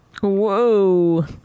Whoa